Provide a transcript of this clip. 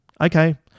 Okay